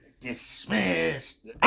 Dismissed